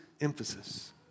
emphasis